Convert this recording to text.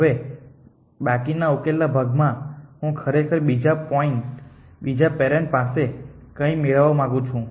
હવે બાકી ઉકેલના ભાગમાં હું ખરેખર બીજા પેરેન્ટ પાસેથી કંઈક મેળવવા માંગુ છું